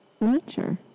nature